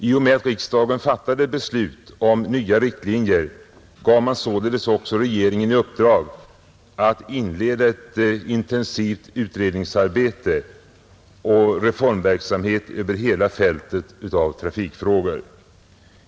I och med att riksdagen fattat beslut om nya riktlinjer gav man således också regeringen i uppdrag att inleda ett intensivt utredningsoch reformarbete över hela fältet av trafikfrågor.